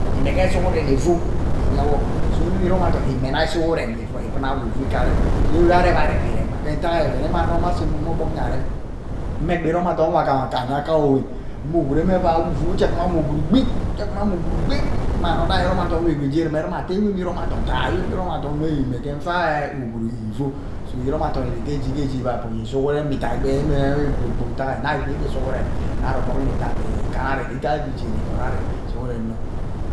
Imege sughuren ivuu iyewo so nnwe mmee iroma adom imme nagha sughuren ivuu bunawo ivuu ike-are so ewe arevi-arevi ire keehe ke ntak ee oven eme ano ome asemomo ogbog nye arem mmegbi iroma adom we agham aka aye aukawowen mma ugwuru me agbe ewe ivuu ijchek momo ugwuru gbeg uchek momo ugwuru ghaep mme another iroma adom wewe ghee irume ruma ate nnwe mme iroma adom taa ewee mme iremaa adon mmwe imeghe nfaehe ugwuru ivuu so iroma adom ire kechi kechi but ye sughuren mme udai kee emee kpooo kpok atat nnahi igbe egbe sughuren ari ogbog nni tap maihi kanna ari ikaiyi jijee nni gboro ari sughuren nno.